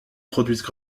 produisent